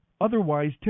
otherwise